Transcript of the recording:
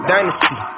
Dynasty